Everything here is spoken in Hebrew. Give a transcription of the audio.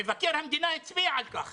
מבקר המדינה הצביע על כך.